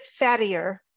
fattier